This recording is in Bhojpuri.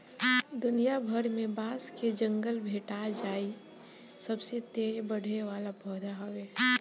दुनिया भर में बांस के जंगल भेटा जाइ इ सबसे तेज बढ़े वाला पौधा हवे